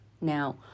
Now